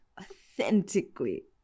authentically